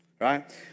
right